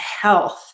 health